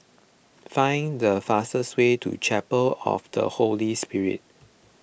find the fastest way to Chapel of the Holy Spirit